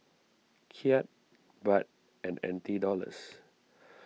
Kyat Baht and N T dollars